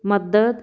ਮਦਦ